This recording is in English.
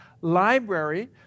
library